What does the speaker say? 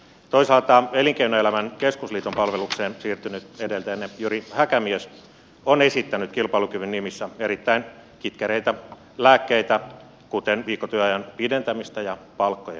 toisaalta elinkeinoelämän keskusliiton palvelukseen siirtynyt edeltäjänne jyri häkämies on esittänyt kilpailukyvyn nimissä erittäin kitkeriä lääkkeitä kuten viikkotyöajan pidentämistä ja palkkojen alentamista